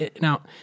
Now